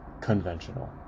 conventional